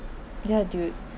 ya dude